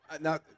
Now